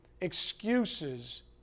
excuses